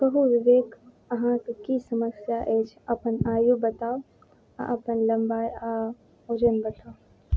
कहू विवेक अहाँकेँ कि समस्या अछि अपन आयु बताउ आओर अपन लम्बाइ आओर ओजन बताउ